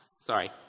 Sorry